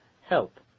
help